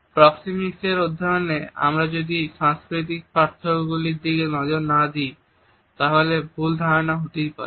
প্রক্সেমিক্সের অধ্যয়নে আমরা যদি সাংস্কৃতিক পার্থক্য গুলির দিকে নজর না দিই তাহলে ভুল ধারণা হতেই পারে